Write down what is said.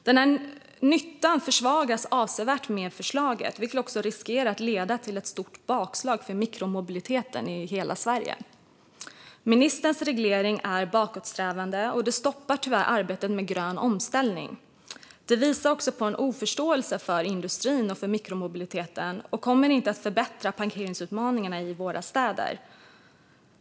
Den nyttan försvagas avsevärt med detta förslag, vilket riskerar att leda till ett stort bakslag för mikromobiliteten i hela Sverige. Ministerns reglering är bakåtsträvande och stoppar tyvärr arbetet med grön omställning. Det visar på en oförståelse för industrin för mikromobiliteten och kommer inte att förbättra parkeringsutmaningarna i våra städer.